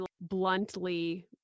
bluntly